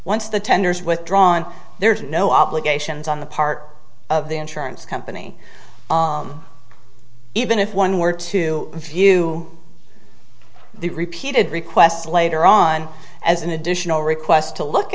once the tenders withdrawn there is no obligations on the part of the insurance company even if one were to view the repeated requests later on as an additional request to look